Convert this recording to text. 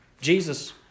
Jesus